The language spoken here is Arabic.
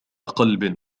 قلب